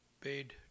paid